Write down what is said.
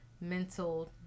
mental